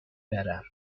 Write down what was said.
برم